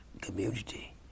community